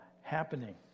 happening